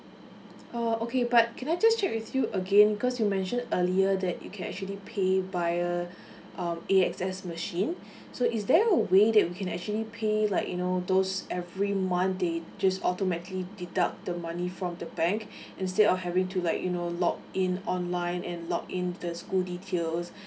err okay but can I just check with you again because you mentioned earlier that we can actually pay via err A_X_S machine so is there a way that we can actually pay like you know those every month they just automatically deduct the money from the bank instead of having to like you know login online and login the school details